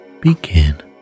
begin